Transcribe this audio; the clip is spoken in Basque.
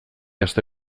aste